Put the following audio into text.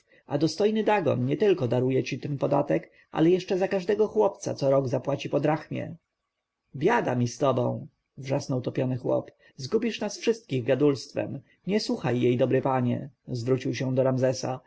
a dostojny dagon nietylko daruje ci ten podatek ale jeszcze za każdego chłopca co rok zapłaci po drachmie biada mi z tobą wrzasnął topiony chłop zgubisz nas wszystkich gadulstwem nie słuchaj jej dobry panie zwrócił się do ramzesa